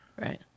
Right